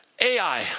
AI